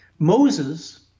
Moses